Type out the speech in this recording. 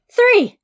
Three